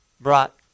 brought